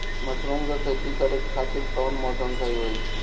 Mushroom के खेती करेके खातिर कवन मौसम सही होई?